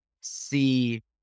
see